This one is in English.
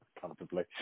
Comfortably